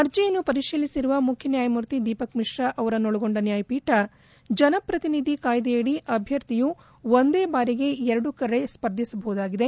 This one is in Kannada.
ಅರ್ಜಿಯನ್ನು ಪರಿಶೀಲಿಸಲಿರುವ ಮುಖ್ಯ ನ್ಲಾಯಮೂರ್ತಿ ದೀಪಕ್ ಮಿಶ್ರಾ ಅವರನ್ನೊಳಗೊಂಡ ನ್ಲಾಯಪೀಠ ಜನಪ್ರತಿನಿಧಿ ಕಾಯ್ದೆಯಡಿ ಅಭ್ಯರ್ಥಿಯು ಒಂದೆ ಬಾರಿಗೆ ಎರಡು ಕಡೆ ಸ್ಪರ್ಧಿಸಬಹುದಾಗಿದೆ